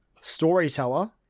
Storyteller